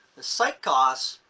the site costs,